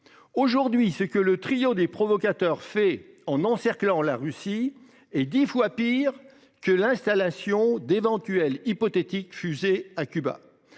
Aujourd'hui, c'est que le trio des provocateurs fait en encerclant la Russie et 10 fois pire que l'installation d'éventuels hypothétiques fusées à Cuba.